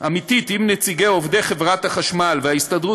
אמיתית עם נציגי עובדי חברת החשמל וההסתדרות